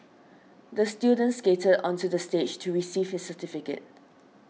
the student skated onto the stage to receive his certificate